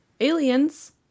aliens